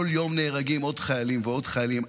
כל יום נהרגים עוד חיילים ועוד חיילים.